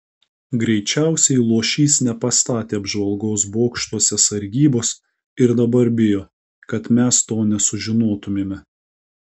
greičiausiai luošys nepastatė apžvalgos bokštuose sargybos ir dabar bijo kad mes to nesužinotumėme